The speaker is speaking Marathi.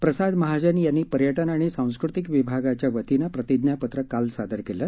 प्रसाद महाजन यांनी पर्यटन आणि सांस्कृतिक विभागाच्या वतीनं प्रतिज्ञापत्र काल सादर केलं